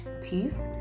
peace